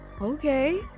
Okay